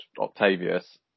Octavius